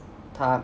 /他\